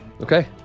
Okay